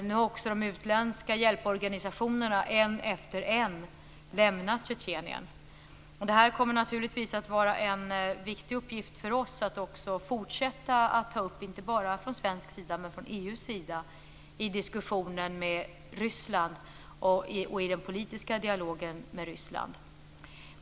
Nu har också de utländska hjälporganisationer en efter en lämnat Tjetjenien. Det kommer naturligtvis att vara en viktig uppgift för oss inte bara i Sverige utan även i EU att fortsätta att ta upp detta i diskussionen och den politiska dialogen med Ryssland.